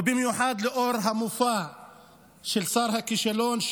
ובמיוחד לנוכח המופע של שר הכישלון,